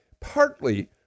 partly